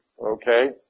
okay